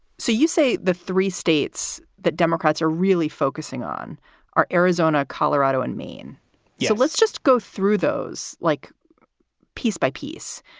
so you say the three states that democrats are really focusing on are arizona, colorado and maine. so let's just go through those like piece by piece.